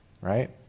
right